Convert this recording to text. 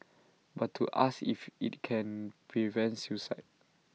but to ask if IT can prevent suicide